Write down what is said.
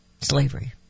slavery